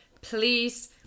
please